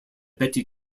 betty